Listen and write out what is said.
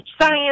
science